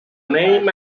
name